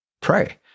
pray